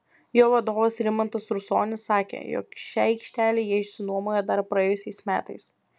jo vadovas rimantas rusonis sakė jog šią aikštelę jie išsinuomojo dar praėjusiais metais